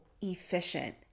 efficient